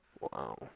Wow